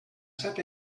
set